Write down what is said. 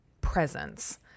presence